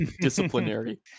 disciplinary